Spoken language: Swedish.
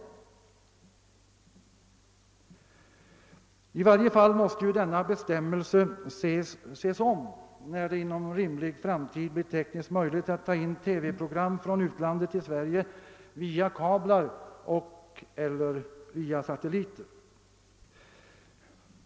I varje fall måste ju denna bestämmelse ses över, när det inom rimlig framtid blir tekniskt möjligt att ta in TV-program från utlandet till Sverige via kablar och/eller satelliter.